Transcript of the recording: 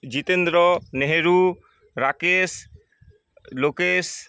Jitendra Nehru Rakesh Lokesh